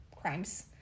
crimes